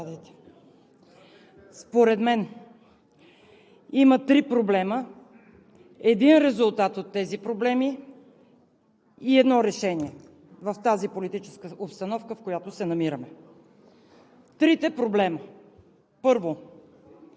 според мен има три проблема, един резултат от тези проблеми и едно решение в тази политическа обстановка, в която се намираме. Трите проблема. Първо,